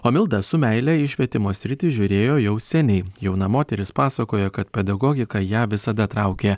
o milda su meile į švietimo sritį žiūrėjo jau seniai jauna moteris pasakoja kad pedagogiką ją visada traukė